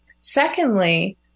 Secondly